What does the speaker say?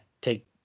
take